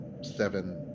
Seven